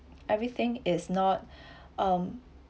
everything is not um